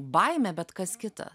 baimė bet kas kita